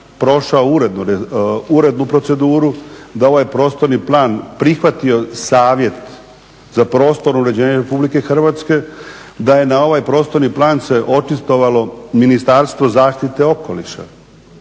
prošao urednu proceduru, da je ovaj prostorni plan prihvatio savjet za prostorno uređenje Republike Hrvatske, da je na ovaj prostorni plan se očitovalo Ministarstvo zaštite okoliša